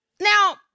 Now